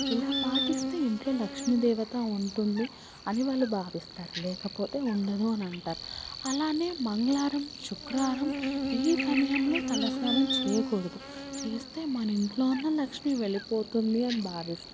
ఇలా పాటిస్తే ఇంట్లో లక్ష్మీదేవత ఉంటుంది అని వాళ్ళు భావిస్తారు లేకపోతే ఉండదు అని అంటారు అలానే మంగళవారం శుక్రావారం ఈ సమయంలో తలస్నానం చేయకూడదు చేస్తే మన ఇంట్లో ఉన్న లక్ష్మి వెళ్ళిపోతుంది అని భావిస్తారు